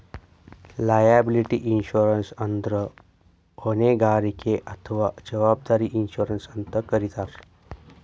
liability insurance ಅಂದ್ರ ಹೊಣೆಗಾರಿಕೆ ಅಥವಾ ಜವಾಬ್ದಾರಿ ಇನ್ಶೂರೆನ್ಸ್ ಅಂತ್ ಕರಿತಾರ್